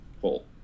full